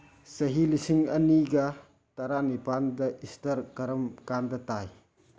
ꯆꯍꯤ ꯂꯤꯁꯤꯡ ꯑꯅꯤꯒ ꯇꯔꯥꯅꯤꯄꯥꯜꯗ ꯏꯁꯇꯥꯔ ꯀꯔꯝ ꯀꯥꯟꯗ ꯇꯥꯏ